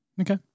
Okay